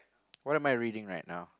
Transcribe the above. what am I reading right now